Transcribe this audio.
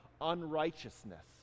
unrighteousness